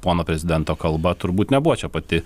pono prezidento kalba turbūt nebuvo čia pati